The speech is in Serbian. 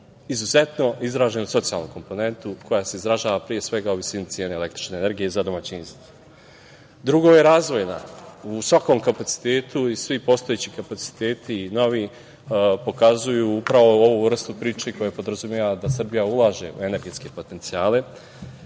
izuzetno izraženu socijalnu komponentu koja se izražava pre svega u visini cene električne energije za domaćinstva. Drugo je razvojna. U svakom kapacitetu i svi postojeći kapaciteti i novi pokazuju upravo ovu vrstu priče koja podrazumeva da Srbija ulaže energetske potencijale